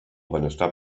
benestar